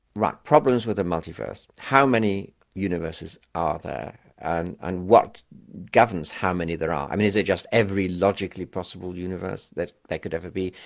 right, problems with a multiverse how many universes are there and and what governs how many there are? i mean is it just every logically possible universe that there could ever be?